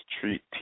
treat